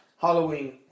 Halloween